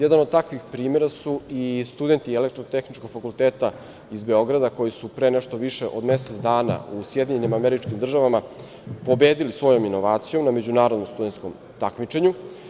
Jedan od takvih primera su i studenti Elektrotehničkog fakulteta iz Beograda, koji su pre nešto više od mesec dana u SAD pobedili svojom inovacijom na međunarodnom studentskom takmičenju.